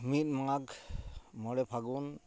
ᱢᱤᱫ ᱢᱟᱜᱷ ᱢᱚᱬᱮ ᱯᱷᱟᱹᱜᱩᱱ